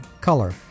Color